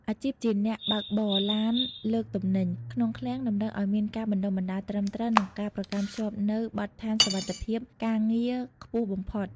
អាជីពជាអ្នកបើកបរឡានលើកទំនិញ ក្នុងឃ្លាំង តម្រូវឱ្យមានការបណ្តុះបណ្តាលត្រឹមត្រូវ និងការប្រកាន់ខ្ជាប់នូវបទដ្ឋានសុវត្ថិភាពការងារខ្ពស់បំផុត។